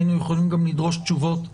היינו יכולים גם לדרוש תשובות מהמשרד.